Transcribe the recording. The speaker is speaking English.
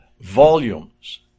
volumes